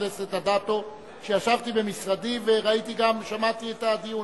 הכנסת אדטו כשישבתי במשרדי ושמעתי את הדיון.